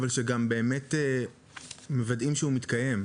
אבל שגם באמת מוודאים שהוא מתקיים.